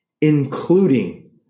including